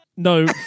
No